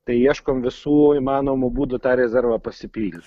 tai ieškom visų įmanomų būdų tą rezervą pasipildyt